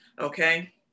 okay